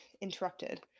interrupted